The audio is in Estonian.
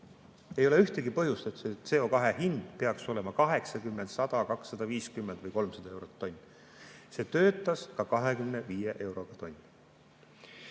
Ei ole ühtegi põhjust, et CO2hind peaks olema 80, 100, 250 või 300 eurot tonn. See töötas ka hinnaga 25 eurot tonn.